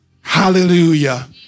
Hallelujah